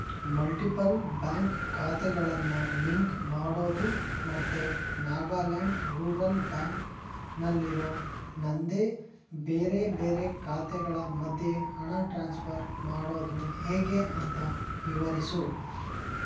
multiple bank ಖಾತೆಗಳನ್ನು link ಮಾಡೋದು ಮತ್ತು ನಾಗಾಲ್ಯಾಂಡ್ ರೂರಲ್ ಬ್ಯಾಂಕ್ನಲ್ಲಿರೋ ನನ್ನದೇ ಬೇರೆ ಬೇರೆ ಖಾತೆಗಳ ಮಧ್ಯೆ ಹಣ ಟ್ರಾನ್ಸ್ಫರ್ ಮಾಡೋದು ಹೇಗೆ ಅಂತ ವಿವರಿಸು